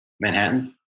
manhattan